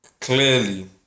clearly